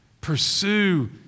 pursue